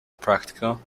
practical